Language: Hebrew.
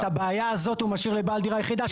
את הבעיה הזאת הוא משאיר לבעל דירה יחידה,